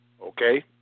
Okay